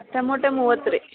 tomato ಮೂವತ್ತು ರೀ